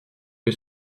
que